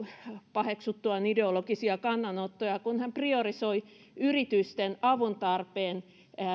paheksuttuaan ideologisia kannanottoja priorisoi yritysten avuntarpeen